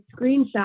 screenshot